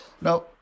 Now